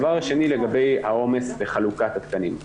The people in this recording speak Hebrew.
הדבר השני לגבי העומס בחלוקת התקנים.